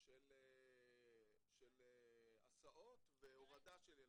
של הסעות והורדה של ילדים.